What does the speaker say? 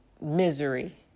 misery